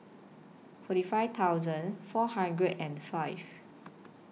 forty five thousand four hundred and five